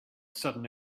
sudden